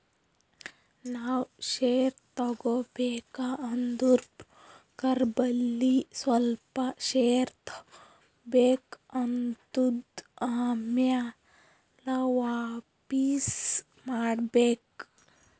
ನಾವ್ ಶೇರ್ ತಗೋಬೇಕ ಅಂದುರ್ ಬ್ರೋಕರ್ ಬಲ್ಲಿ ಸ್ವಲ್ಪ ಶೇರ್ ತಗೋಬೇಕ್ ಆತ್ತುದ್ ಆಮ್ಯಾಲ ವಾಪಿಸ್ ಮಾಡ್ಬೇಕ್